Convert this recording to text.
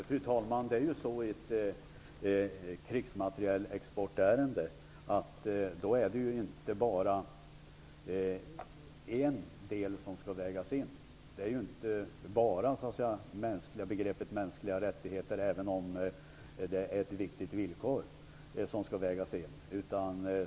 Fru talman! I krigsmaterielexportärenden är det inte bara en aspekt som måste vägas in. Det är inte bara begreppet mänskliga rättigheter som skall vägas in, även om det är viktigt.